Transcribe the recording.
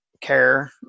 care